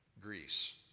Greece